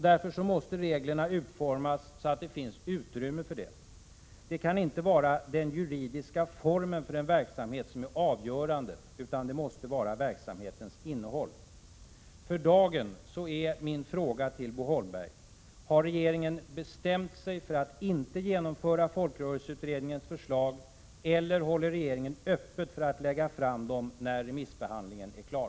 Därför måste reglerna utformas så, att det finns utrymme för det. Den juridiska formen för en verksamhet kan inte vara avgörande, utan det måste vara verksamhetens innehåll. För dagen är min fråga till Bo Holmberg: Har regeringen bestämt sig för att inte genomföra folkrörelseutredningens förslag, eller håller regeringen öppet för att lägga fram dem när remissbehandlingen är klar?